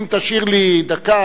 אם תשאיר לי דקה,